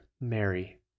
Mary